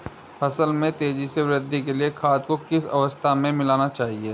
फसल में तेज़ी से वृद्धि के लिए खाद को किस अवस्था में मिलाना चाहिए?